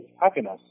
happiness